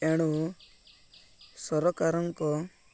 ଏଣୁ ସରକାରଙ୍କ